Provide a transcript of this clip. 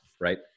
right